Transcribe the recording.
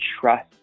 trust